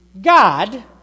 God